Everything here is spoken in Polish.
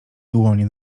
dłonie